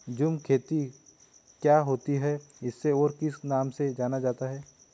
झूम खेती क्या होती है इसे और किस नाम से जाना जाता है?